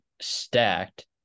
stacked